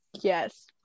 Yes